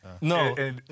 No